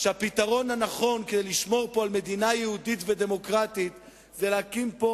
שהפתרון הנכון כדי לשמור פה על מדינה יהודית ודמוקרטית זה להקים פה